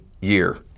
year